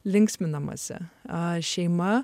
linksminamasi a šeima